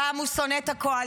פעם הוא שונא את הקואליציה,